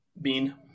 Bean